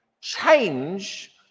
change